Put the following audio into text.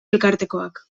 elkartekoak